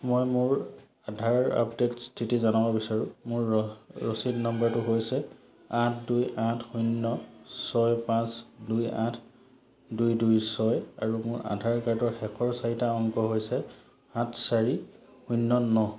মই মোৰ আধাৰ আপডেটৰ স্থিতি জানিব বিচাৰোঁ মোৰ ৰ ৰচিদ নাম্বাৰটো হৈছে আঠ দুই আঠ শূন্য ছয় পাঁচ দুই আঠ দুই দুই ছয় আৰু মোৰ আধাৰ কাৰ্ডৰ শেষৰ চাৰিটা অংক হৈছে সাত চাৰি শূন্য ন